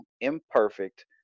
imperfect